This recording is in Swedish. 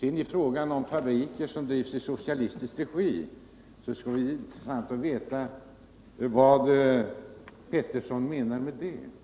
Vad sedan gäller fabriker som drivs i socialistisk regi skulle det vara intressant att veta vad Karl-Anders Petersson menade med sitt påstående.